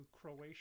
Croatia